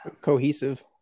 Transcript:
Cohesive